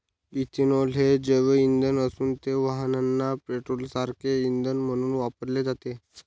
ethanol हे जैवइंधन असून ते वाहनांना पेट्रोलसारखे इंधन म्हणून वापरले जाते